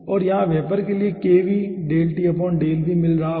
और यहाँ वेपर के लिए हमें मिल रहा है